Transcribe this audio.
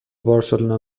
بارسلونا